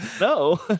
no